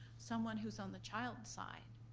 someone who's on the child's side.